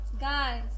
guys